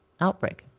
outbreak